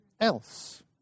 else